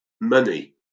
money